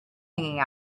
hanging